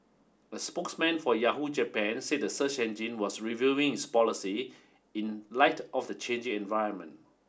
a spokesman for Yahoo Japan said the search engine was reviewing its policy in light of the changing environment